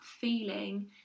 feeling